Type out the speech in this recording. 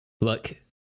Look